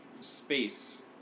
space